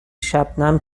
شبنم